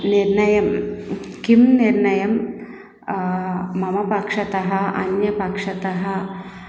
निर्णयं किं निर्णयं मम पक्षतः अन्यपक्षतः